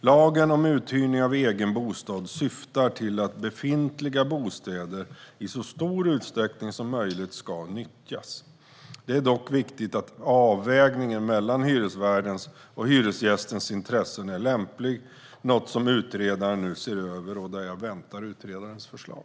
Lagen om uthyrning av egen bostad syftar till att befintliga bostäder i så stor utsträckning som möjligt ska nyttjas. Det är dock viktigt att avvägningen mellan hyresvärdens och hyresgästens intressen är lämplig, något som utredaren nu ser över och där jag inväntar utredarens förslag.